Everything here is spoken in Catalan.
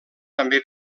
també